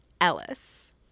Ellis